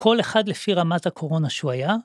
כל אחד לפי רמת הקורונה שהוא היה.